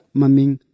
maming